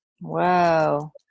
Wow